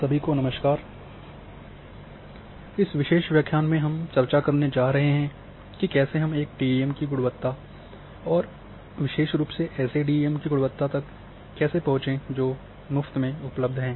सभी को नमस्कार और इस विशेष व्याख्यान में हम चर्चा करने जा रहे हैं कि कैसे हम एक डीईएम की गुणवत्ता और विशेष रूप से ऐसे डीईएम की गुणवत्ता तक कैसे पहुंचे जो मुफ़्त में उपलब्ध हैं